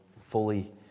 fully